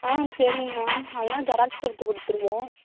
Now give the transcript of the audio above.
ஆ சரிங்க மேம் அதெல்லாம் ஜெராக்ஸ் எடுத்து கொடுத்துருவோம்